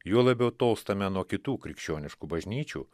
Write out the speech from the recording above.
juo labiau tolstame nuo kitų krikščioniškų bažnyčių